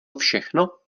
všechno